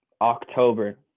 October